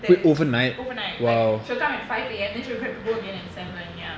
that is overnight like she'll come at five A_M then she'll grab to go again at seven ya